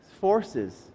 forces